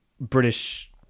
British